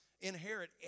Inherit